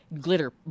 glitter